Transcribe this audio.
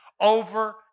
over